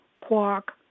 Quark